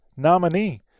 nominee